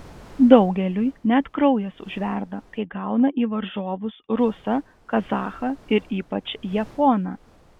daugeliui net kraujas užverda kai gauna į varžovus rusą kazachą ir ypač japoną